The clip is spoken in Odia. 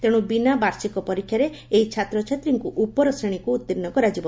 ତେଶୁ ବିନା ବାର୍ଷିକ ପରୀକ୍ଷାରେ ଏହି ଛାତ୍ରଛାତ୍ରୀଙ୍କୁ ଉପର ଶ୍ରେଶୀକୁ ଉତୀର୍ଣ୍ଡ କରାଯିବ